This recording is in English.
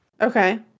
Okay